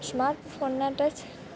સ્માર્ટફોનના touch